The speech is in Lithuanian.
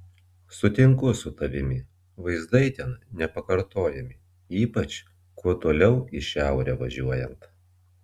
sutinku su tavimi vaizdai ten nepakartojami ypač kuo toliau į šiaurę važiuojant